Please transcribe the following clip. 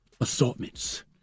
Assortments